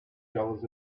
dollars